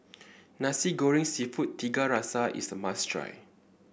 Nasi Goreng seafood Tiga Rasa is a must try